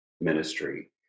ministry